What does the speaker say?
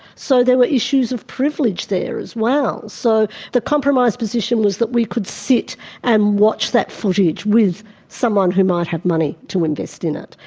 so there were issues of privilege there as well. so the compromised position was that we could sit and watch that footage with someone who might have money to invest in it,